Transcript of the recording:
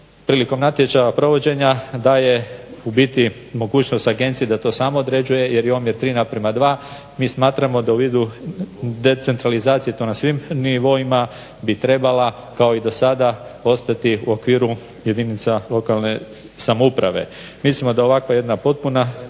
prilikom natječaja provođenja daje ubiti mogućnost agencije da to sama određuje jer je omjer 3:2. Mi smatramo da idu u decentralizaciju i to na svim nivoima, bi trebala kao i do sada ostati u okviru jedinica lokalne samouprave. Mislimo da ovakva jedna potpuna